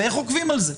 ואיך עוקבים אחרי זה?